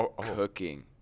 Cooking